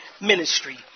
ministry